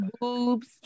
boobs